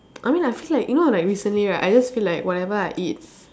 I mean like I feel like you know like recently right I just feel like whatever I eat